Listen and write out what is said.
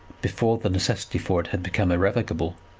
before the necessity for it had become irrevocable,